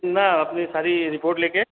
न अपनी सारी रिपोर्ट लेकर